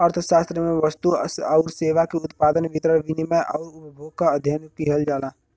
अर्थशास्त्र में वस्तु आउर सेवा के उत्पादन, वितरण, विनिमय आउर उपभोग क अध्ययन किहल जाला